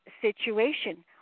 situation